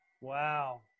Wow